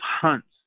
hunts